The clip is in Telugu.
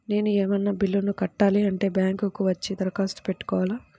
నేను ఏమన్నా బిల్లును కట్టాలి అంటే బ్యాంకు కు వచ్చి దరఖాస్తు పెట్టుకోవాలా?